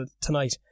tonight